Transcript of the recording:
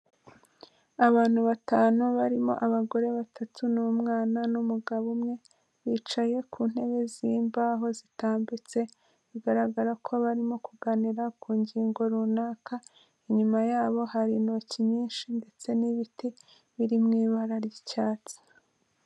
Abantu batanu barimo abagore batatu n'umwana n'umugabo umwe, bicaye ku ntebe z'imbaho zitambitse, bigaragara ko barimo kuganira ku ngingo runaka, inyuma yabo hari intoki nyinshi ndetse n'ibiti biri mu ibara ry'icyatsi.